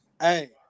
hey